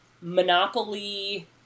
monopoly